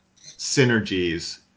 synergies